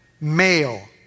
male